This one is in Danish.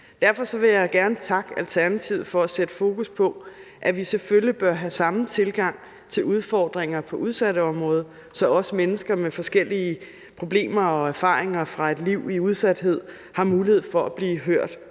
Derfor vil jeg gerne takke Alternativet for at sætte fokus på, at vi selvfølgelig bør have samme tilgang til udfordringer på udsatteområdet, så også mennesker med forskellige problemer og erfaringer fra et liv i udsathed har mulighed for at blive hørt